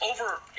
over